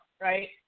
right